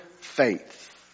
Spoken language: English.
faith